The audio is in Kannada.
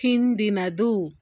ಹಿಂದಿನದು